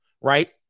right